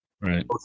right